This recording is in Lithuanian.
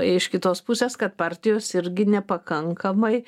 iš kitos pusės kad partijos irgi nepakankamai